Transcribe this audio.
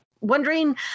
wondering